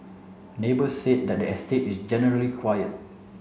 neighbours said the estate is generally quiet